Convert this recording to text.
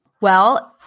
Well-